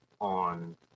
on